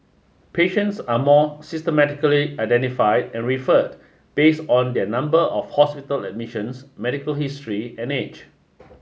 patients are more systematically identified and referred based on their number of hospital admissions medical history and age